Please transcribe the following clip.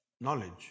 knowledge